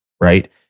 right